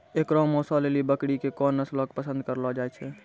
एकरो मांसो लेली बकरी के कोन नस्लो के पसंद करलो जाय छै?